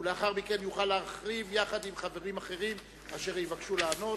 לאחר מכן יוכל להרחיב יחד עם חברים אחרים אשר יבקשו לענות.